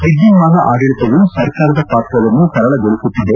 ವಿದ್ದನ್ನಾನ ಆಡಳಿತವು ಸರ್ಕಾರದ ಪಾತ್ರವನ್ನು ಸರಳಗೊಳಿಸುತ್ತಿದೆ